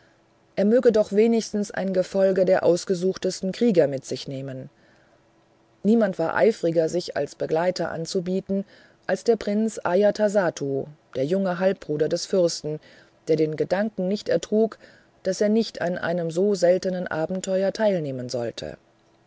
er möge doch wenigstens ein gefolge der ausgesuchtesten krieger mit sich nehmen niemand war eifriger sich als begleiter anzubieten als der prinz ajatasattu der junge halbbruder des fürsten der den gedanken nicht ertrug daß er nicht an einem so seltenen abenteuer teilnehmen sollte